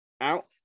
out